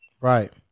Right